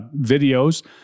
videos